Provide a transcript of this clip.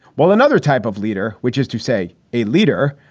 while another type of leader, which is to say a leader,